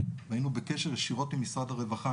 והיינו בקשר ישירות עם משרד הרווחה,